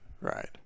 right